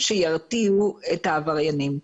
שירתיעו את העבריינים.